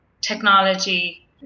technology